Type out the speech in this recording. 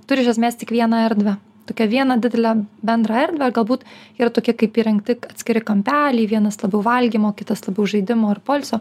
turi iš esmės tik vieną erdvę tokią vieną didelę bendrą erdvę galbūt yra tokie kaip įrengti atskiri kampeliai vienas labiau valgymo kitas labiau žaidimo ir poilsio